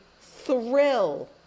thrill